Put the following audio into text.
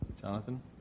Jonathan